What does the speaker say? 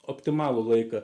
optimalų laiką